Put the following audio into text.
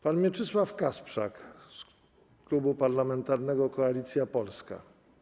Pan poseł Mieczysław Kasprzak z Klubu Parlamentarnego Koalicja Polska.